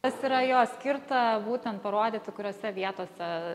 tas yra jo skirta būtent parodyti kuriose vietose